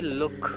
look